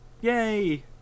Yay